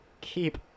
keep